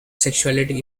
sexuality